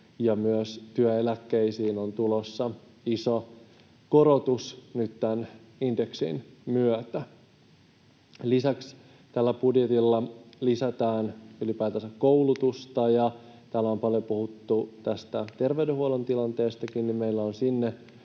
myös työeläkkeisiin on tulossa iso korotus nyt tämän indeksin myötä. Lisäksi tällä budjetilla lisätään ylipäätänsä koulutusta. Kun täällä on paljon puhuttu tästä terveydenhuollon tilanteestakin, niin meillä on sinne